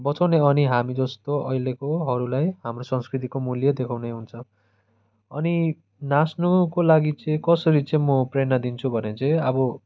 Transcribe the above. बचाउने अनि हामी जस्तो अहिलेकोहरूलाई हाम्रो संस्कृतिको मूल्य देखाउने हुन्छ अनि नाच्नुको लागि चाहिँ कसरी चाहिँ म प्रेरणा दिन्छु भने चाहिँ अब